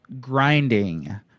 grinding